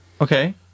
Okay